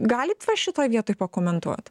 galit va šitoj vietoj pakomentuot